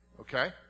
Okay